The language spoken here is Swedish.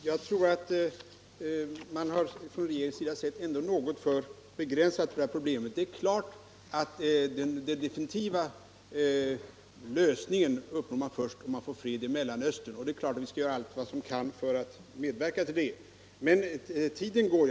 Herr talman! Jag tror att regeringen ändå har sett på detta problem på ett något för begränsat sätt. Det är klart att den definitiva lösningen uppnås först genom att det blir fred i Mellanöstern och att vi bör göra allt vad vi kan för att medverka till det. Men tiden går.